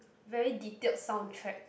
very detailed soundtrack